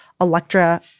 Electra